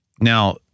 Now